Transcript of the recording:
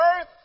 earth